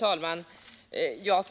Fru talman!